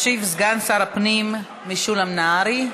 ישיב סגן שר הפנים משולם נהרי.